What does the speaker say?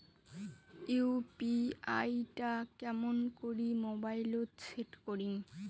UPI টা কেমন করি মোবাইলত সেট করিম?